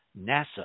NASA